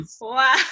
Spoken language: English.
Wow